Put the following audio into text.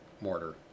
mortar